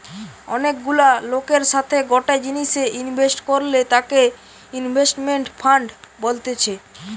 অনেক গুলা লোকের সাথে গটে জিনিসে ইনভেস্ট করলে তাকে ইনভেস্টমেন্ট ফান্ড বলতেছে